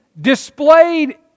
displayed